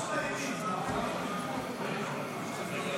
אדוני היושב-ראש.